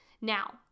Now